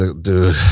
dude